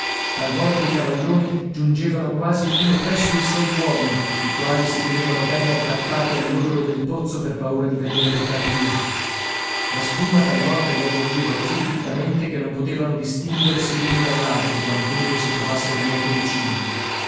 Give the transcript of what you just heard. talvolta i cavalloni giungevano quasi fino presso i sei uomini i quali si tenevano bene aggrappati all'orlo del pozzo per paura di venire portati via la spuma talvolta li avvolgeva così fittamente che non potevano distinguersi l'uno dall'altro quantunque si trovassero molto vicini